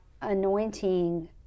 anointing